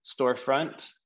storefront